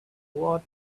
what